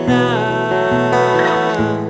now